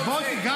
למי שרוצה.